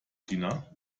china